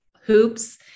hoops